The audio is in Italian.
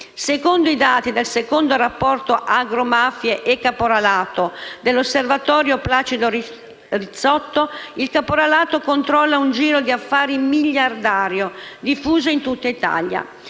Secondo i dati del secondo rapporto «Agromafie e Capolarato» dell'Osservatorio Placido Rizzotto, il caporalato controlla un giro di affari miliardario, diffuso in tutta Italia.